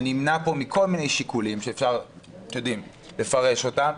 ונמנע פה בשל כל מיני שיקולים שאפשר לפרש אותם,